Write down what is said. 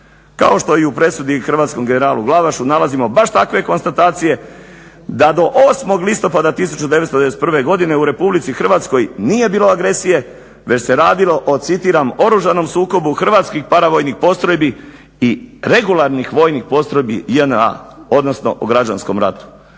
Kao što je i u presudi hrvatskom generalu Glavašu nalazimo baš takve konstatacije da do 8. Listopada 1991. Godine u RH nije bilo agresije već se radilo o citiram oružanom sukobu hrvatskih paravojnih postrojbi i regularnih vojnih postrojbi JNA odnosno o građanskom ratu.